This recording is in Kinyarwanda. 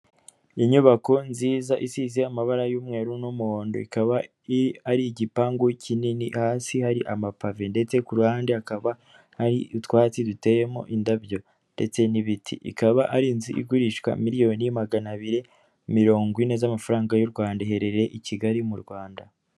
Inyubako nziza isize amabara y'umweru n'umuhondo, ikaba ari igipangu kinini hasi hari amapave ndetse ku ruhande akaba ari utwatsi duteyemo indabyo, ndetse n'ibiti ikaba ari inzu igurishwa miliyoni magana abiri mirongo ine z'amafaranga y'u Rwanda iherereye i Kigali mu Rwanda.